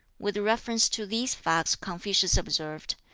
with reference to these facts confucius observed,